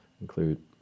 include